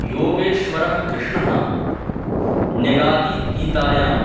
योगेश्वरः कृष्णः न्यगदीत् गीतायां